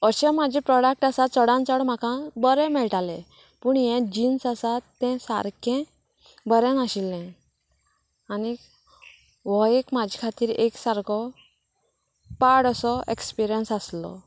अशें म्हाजें प्रोडक्ट आसा चडान चड म्हाका बरें मेळटालें पूण हें जिन्स आसा तें सारकें बरें नाशिल्लें आनी वो एक म्हाजे खातीर एक सारको पाड असो एक्सपिरियन्स आसलो